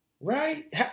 right